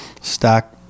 stack